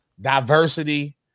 diversity